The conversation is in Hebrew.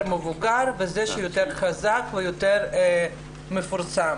מבוגר וזה שיותר חזק ויותר מפורסם.